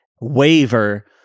waver